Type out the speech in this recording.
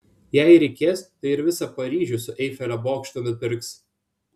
jei reikės tai ir visą paryžių su eifelio bokštu nupirks